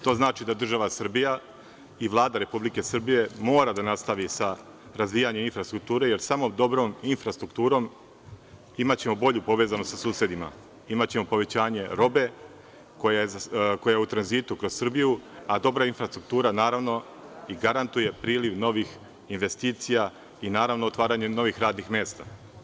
To znači da država Srbija i Vlada Republike Srbije mora da nastavi sa razvijanjem infrastrukture, jer samo dobrom infrastrukturom imaćemo bolju povezanost sa susedima, imaćemo povećanje robe koja je u tranzitu kroz Srbiju, a dobra infrastruktura, naravno, garantuje i priliv novih investicija i otvaranje novih radnih mesta.